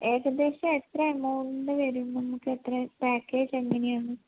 ഏകദേശം എത്ര എമൗണ്ട് വരും നമുക്ക് എത്ര പാക്കേജെങ്ങനെയാണ്